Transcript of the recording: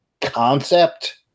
concept